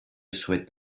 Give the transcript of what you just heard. souhaite